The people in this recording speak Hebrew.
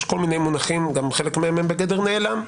יש כל מיני מונחים, גם חלק מהם הם בגדר נעלם.